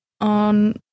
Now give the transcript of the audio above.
on